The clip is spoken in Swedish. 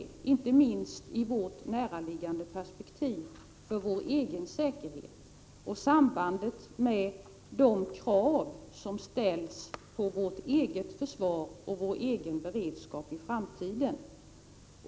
Det är inte minst viktigt i vårt näraliggande perspektiv, för vår egen säkerhet och när det gäller sambandet mellan de krav som ställs på vårt eget försvar och vår egen beredskap i framtiden.